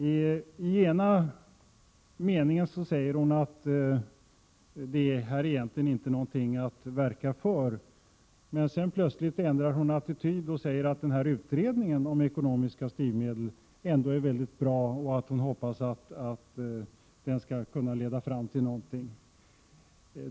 I ena meningen säger hon att det är egentligen inte någonting att verka för, men plötsligt ändrar hon attityd och säger att utredningen om ekonomiska styrmedel ändå är väldigt bra och att hon hoppas att den skall kunna leda fram till någonting.